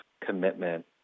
commitment